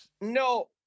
no